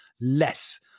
less